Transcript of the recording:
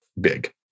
big